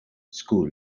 school